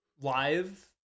live